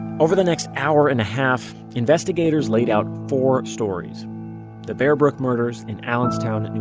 over the next hour and a half, investigators laid out four stories the bear brook murders in allenstown, and